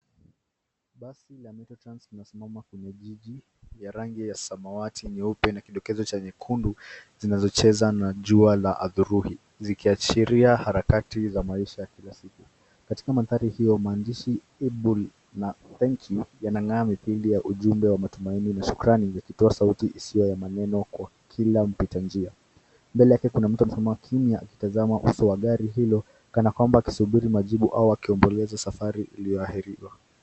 Basi la Metro Trans linasimama kwenye jiji, ya rangi ya samawati, nyeupe na kidokezo cha nyekundu, zinazocheza na jua la adhuhuri, zikiashiria harakati za maisha ya kila siku. Katika mandhari hiyo, maandishi able na thank you , yanang'aa mithili ya ujumbe wa matumani na shukurani vikitoa sauti isiyo ya maneno kwa kila mpita njia. Mbele yake kuna mtu amesimama kimya akitazama uso wa gari hilo, kana kwamba akisubiri majibu au kuomboleza safari iliyohairiwa.